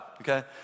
okay